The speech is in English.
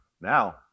Now